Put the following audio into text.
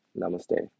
Namaste